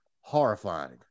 horrifying